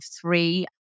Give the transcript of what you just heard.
three